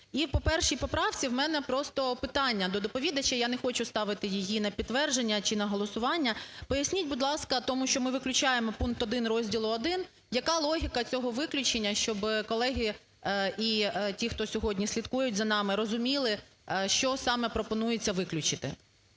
І по першій поправці у мене просто питання до доповідача, я не хочу ставити її на підтвердження чи на голосування. Поясність, будь ласка, тому що ми виключаємо пункт 1 розділу I, яка логіка цього виключення, щоб колеги і ті, хто сьогодні слідкують за нами, розуміли, що саме пропонується виключити.